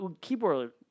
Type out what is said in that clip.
keyboard